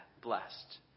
Blessed